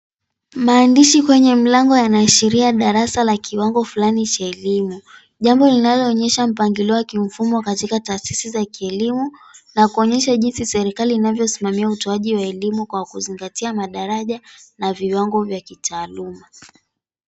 Mahandishi kwenye mlango yanaashiria darasa la kiwangi fulani cha elimu. Jambo linaloonyesha mpangilio wa kimfumo katika taasisi za kielimu na kuonyesha jinsi serikali inavyosimamia utoaji wa elimu kwa kuzingatia madaraja na viwango vya kitaaluma.